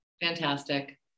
Fantastic